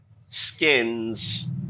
Skins